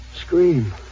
scream